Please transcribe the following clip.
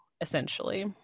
essentially